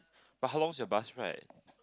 but how long's your bus ride